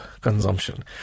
consumption